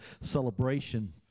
celebration